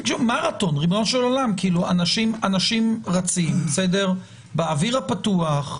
מרתון, ריבונו של עולם, אנשים רצים באוויר הפתוח,